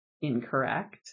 incorrect